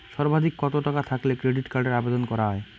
সর্বাধিক কত টাকা থাকলে ক্রেডিট কার্ডের আবেদন করা য়ায়?